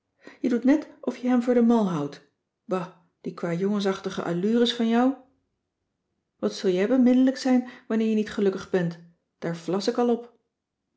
je doet net of je hem voor de mal houdt ba die kwajongensachtige allures van jou cissy van marxveldt de h b s tijd van joop ter heul wat zul jij beminnelijk zijn wanneer je niet gelukkig bent daar vlas ik al op